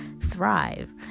thrive